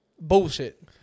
Bullshit